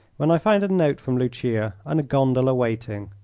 when i found a note from lucia and a gondola waiting.